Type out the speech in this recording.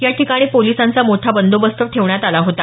याठिकाणी पोलिसांचा मोठा बंदोबस्त ठेवण्यात आला होता